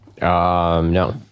no